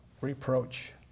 reproach